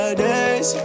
days